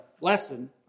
lesson